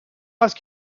ice